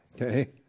Okay